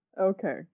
Okay